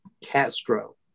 Castro